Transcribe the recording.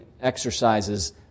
exercises